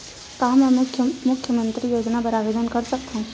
का मैं मुख्यमंतरी योजना बर आवेदन कर सकथव?